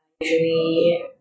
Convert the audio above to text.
Usually